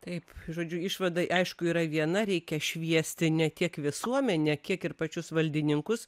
taip žodžiu išvadai aišku yra viena reikia šviesti ne tiek visuomenę kiek ir pačius valdininkus